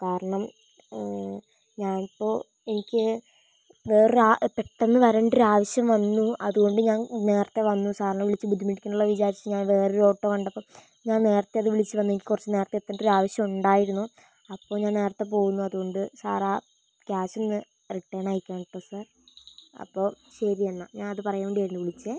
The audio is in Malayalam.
കാരണം ഞാനിപ്പോൾ എനിക്ക് വേറെ ഒരു പെട്ടെന്ന് വരണ്ട ഒരു ആവശ്യം വന്നു അതുകൊണ്ട് ഞാൻ നേരത്തെ വന്നു സാറിനെ വിളിച്ചു ബുദ്ധിമുട്ടിക്കണല്ലോന്ന് വിചാരിച്ച് ഞാൻ വേറെ ഒരു ഓട്ടോ കണ്ടപ്പോൾ ഞാൻ നേരത്തേയത് വിളിച്ചുപറഞ്ഞു എനിക്ക് കുറച്ച് നേരത്തേ എത്തേണ്ട ഒരു ആവശ്യം ഉണ്ടായിരുന്നു അപ്പം ഞാൻ നേരത്തേപ്പോകുന്നു അതുകൊണ്ട് സാറാ കാഷ് ഇന്ന് റിട്ടേണയക്കണം കെട്ടോ സാർ അപ്പം ശരി എന്നാൽ ഞാൻ അത് പറയാൻ വേണ്ടിയാരുന്നു വിളിച്ചത്